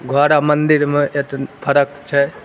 घर आ मन्दिरमे एतेक फर्क छै